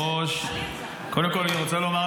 יש ירדן, יש עשרות